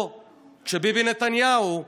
או כשביבי נתניהו,